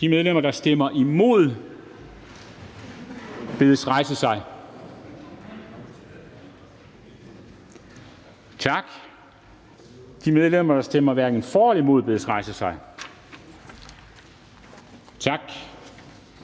De medlemmer, der stemmer imod, bedes rejse sig. Tak. De medlemmer, der stemmer hverken for eller imod, bedes rejse sig. Tak.